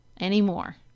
anymore